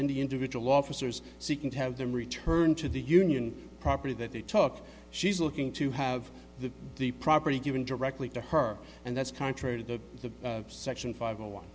the individual officers seeking to have them returned to the union property that they took she's looking to have the the property given directly to her and that's contrary to the section five